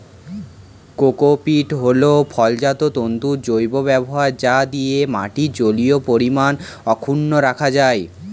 cocopeat হল ফলজাত তন্তুর জৈব ব্যবহার যা দিয়ে মাটির জলীয় পরিমাণ অক্ষুন্ন রাখা যায়